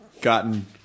gotten